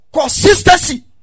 Consistency